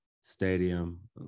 stadium